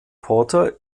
porter